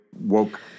woke